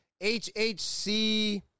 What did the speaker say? HHC